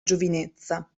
giovinezza